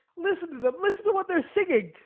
listen to them, listen to what they're singing!